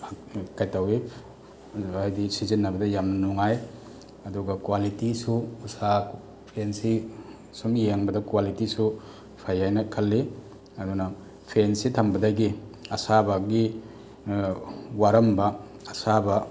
ꯀꯩꯇꯧꯋꯤ ꯍꯥꯏꯗꯤ ꯁꯤꯖꯟꯅꯕꯗ ꯌꯥꯝꯅ ꯅꯨꯡꯉꯥꯏ ꯑꯗꯨꯒ ꯀ꯭ꯋꯥꯂꯤꯇꯤꯁꯨ ꯎꯁꯥ ꯐꯦꯟꯁꯤ ꯁꯨꯝ ꯌꯦꯡꯕꯗ ꯀ꯭ꯋꯥꯂꯤꯇꯤꯁꯨ ꯐꯩ ꯍꯥꯏꯅ ꯈꯜꯂꯤ ꯑꯗꯨꯅ ꯐꯦꯟꯁꯤ ꯊꯝꯕꯗꯒꯤ ꯑꯁꯥꯕꯒꯤ ꯋꯥꯔꯝꯕ ꯑꯁꯥꯕ